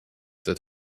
that